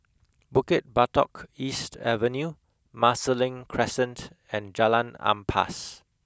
Bukit Batok East Avenue Marsiling Crescent and Jalan Ampas